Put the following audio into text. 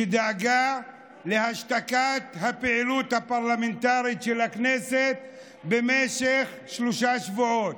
שדאגה להשתקת הפעילות הפרלמנטרית של הכנסת במשך שלושה שבועות.